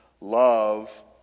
love